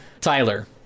Tyler